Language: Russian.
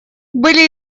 были